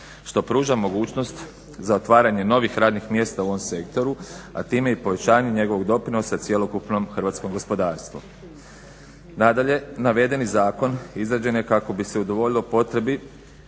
što pruža mogućnost za otvaranje novih radnih mjesta u ovom sektoru, a time i povećanje njegovog doprinosa cjelokupnom hrvatskom gospodarstvu. Nadalje, navedeni zakon izrađen je kako bi se udovoljilo potrebi